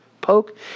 poke